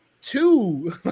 two